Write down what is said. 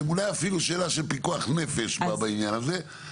שהם אולי אפילו שאלה של פיקוח נפש בעניין הזה,